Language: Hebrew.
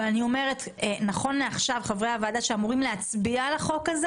אבל אני אומרת שנכון לעכשיו חברי הוועדה שאמורים להצביע על החוק הזה